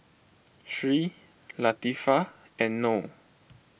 Sri Latifa and Noh